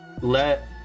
let